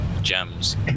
gems